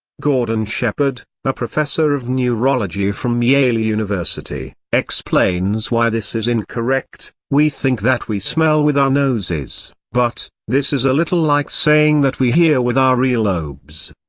gordon shepherd, a professor of neurology from yale university, explains why this is incorrect we think that we smell with our noses, but this is a little like saying that we hear with our ear lobes.